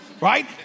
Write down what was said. Right